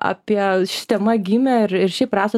apie ši tema gimė ir ir šiaip rasą